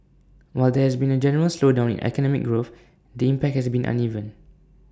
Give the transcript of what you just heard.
while there has been A general slowdown in economic growth the impact has been uneven